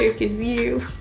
you